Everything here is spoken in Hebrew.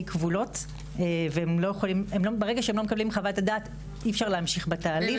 כבולות וברגע שהם לא מקבלים את חוות הדעת אי אפשר להמשיך בתהליך.